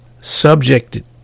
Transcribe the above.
subjected